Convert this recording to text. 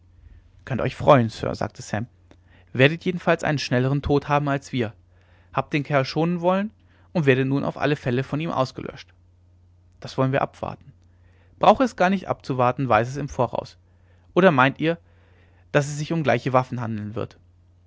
könnt euch freuen sir sagte sam werdet jedenfalls einen schnelleren tod haben als wir habt den kerl schonen wollen und werdet nun auf alle fälle von ihm ausgelöscht das wollen wir abwarten brauche es gar nicht abzuwarten weiß es im voraus oder meint ihr daß es sich um gleiche waffen handeln wird